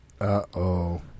Uh-oh